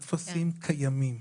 הטפסים קיימים.